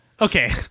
Okay